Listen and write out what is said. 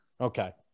Okay